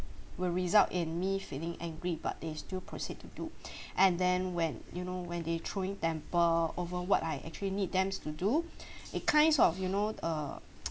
will result in me feeling angry but they still proceed to do and then when you know when they throwing temper over what I actually need them to do it kinds of you know err